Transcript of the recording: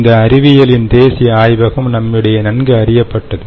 இந்த அறிவியலின் தேசிய ஆய்வகம் நம்மிடையே நன்கு அறியப்பட்டது